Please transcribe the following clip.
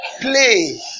Play